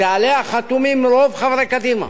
שעליה חתומים רוב חברי קדימה.